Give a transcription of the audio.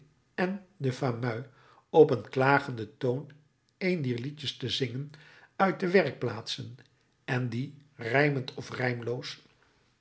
en de fameuil op een klagenden toon een dier liedjes te zingen uit de werkplaatsen en die rijmend of